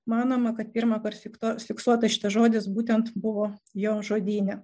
manoma kad pirmąkart fiksuo fiksuotas šitas žodis būtent buvo jo žodyne